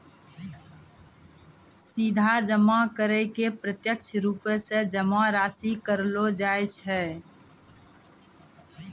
सीधा जमा करै के प्रत्यक्ष रुपो से जमा राशि कहलो जाय छै